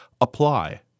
apply